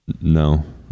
No